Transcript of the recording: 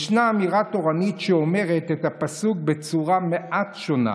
ישנה אמירה תורנית שאומרת את הפסוק בצורה מעט שונה: